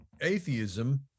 atheism